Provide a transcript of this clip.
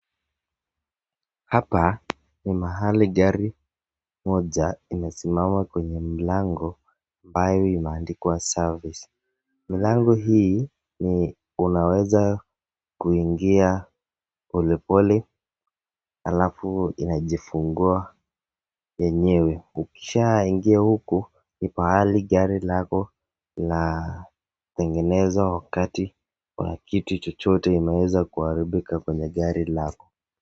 Hapa ni mahali gari moja imesimama kwenye mlango ambayo imeandikwa service . Milango hii ni unaweza kuingia polepole alafu inajifungua yenyewe. Ukishaingia huku ni pahali gari lako linatengenezwa wakati kuna kitu chochote imeweza kuharibika kwenye gari lako.